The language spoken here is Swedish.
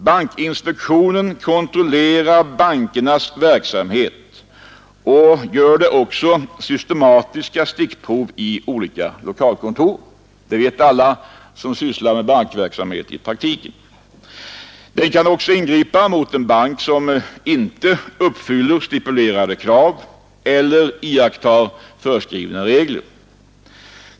Bankinspektionen kontrollerar bankernas verksamhet och gör också systematiska stickprov i deras lokalkontor. Det vet alla som sysslar med bankverksamhet i praktiken. Den kan ingripa mot en bank som inte uppfyller stipulerade krav eller iakttar föreskrivna regler.